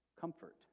comfort